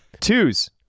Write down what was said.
Twos